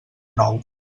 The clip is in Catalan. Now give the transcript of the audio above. nou